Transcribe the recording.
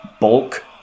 bulk